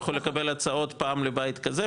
הוא יכול לקבל פעם לבית הזה,